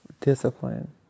discipline